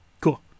Cool